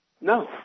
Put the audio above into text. No